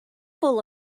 full